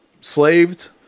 slaved